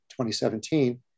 2017